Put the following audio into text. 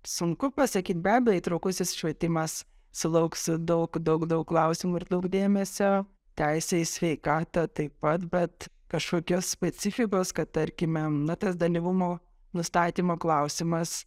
sunku pasakyt be abejo įtraukusis švietimas sulauks daug daug daug klausimų ir daug dėmesio teisė į sveikatą taip pat bet kažkokios specifikos kad tarkime na tas dalyvumo nustatymo klausimas